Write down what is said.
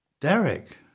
Derek